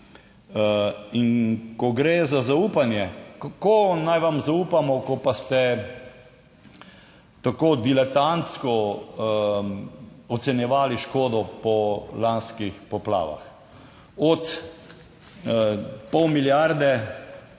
In ko gre za zaupanje, kako naj vam zaupamo, ko pa ste tako diletantsko ocenjevali škodo po lanskih poplavah od pol milijarde